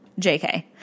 JK